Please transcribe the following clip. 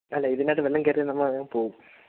അല്ല ഇതിനകത്തു വെള്ളം കയറിയാൽ അത് പോകും